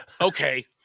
Okay